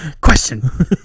Question